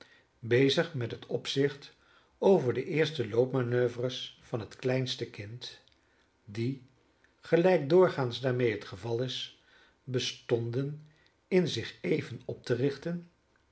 bezig met het opzicht over de eerste loopmanoeuvres van het kleinste kind die gelijk doorgaans daarmede het geval is bestonden in zich even op te richten